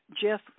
Jeff